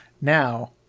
Now